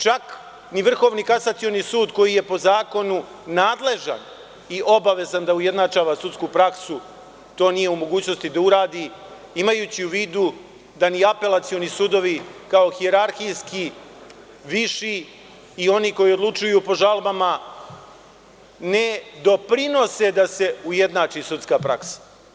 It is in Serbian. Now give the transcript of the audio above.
Čak ni Vrhovni kasacioni sud, koji je po zakonu nadležan i obavezan da ujednačava sudsku praksu, to nije u mogućnosti da uradi, imajući u vidu da ni apelacioni sudovi, kao hijerarhijski, viši i oni koji odlučuju po žalbama ne doprinose da se ujednači sudska praksa.